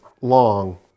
long